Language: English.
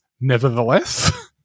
nevertheless